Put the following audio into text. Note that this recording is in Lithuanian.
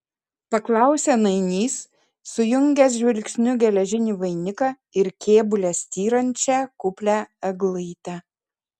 paklausė nainys sujungęs žvilgsniu geležinį vainiką ir kėbule styrančią kuplią eglaitę